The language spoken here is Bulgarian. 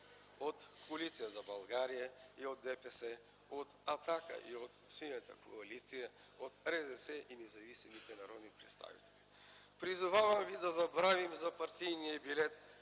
от Коалиция за България, от ДПС, от „Атака” и от Синята коалиция, от РЗС и независимите народни представители, призовавам ви да забравим за партийния билет